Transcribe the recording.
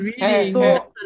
reading